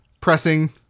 pressing